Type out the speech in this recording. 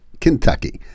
Kentucky